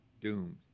doomed